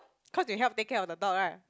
cause they help take care of the dog right